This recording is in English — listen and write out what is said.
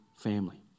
family